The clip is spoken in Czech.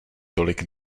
tolik